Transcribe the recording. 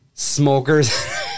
smokers